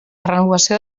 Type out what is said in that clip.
renovació